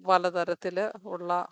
പലതരത്തിൽ ഉള്ള